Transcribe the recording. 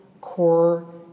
core